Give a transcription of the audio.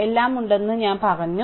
എല്ലാം ഉണ്ടെന്ന് ഞാൻ പറഞ്ഞു